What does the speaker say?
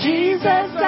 Jesus